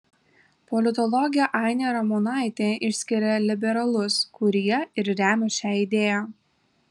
politologė ainė ramonaitė išskiria liberalus kurie ir remia šią idėją